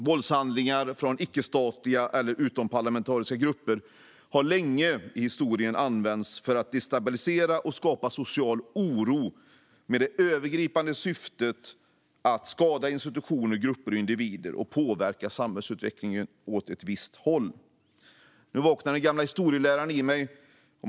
Våldshandlingar från icke-statliga eller utomparlamentariska grupper har länge använts för att destabilisera och skapa social oro med det övergripande syftet att skada institutioner, grupper och individer och påverka samhällsutvecklingen åt ett visst håll. Nu vaknar den gamle historieläraren i mig!